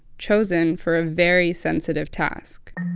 chosen for a very sensitive task